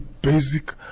basic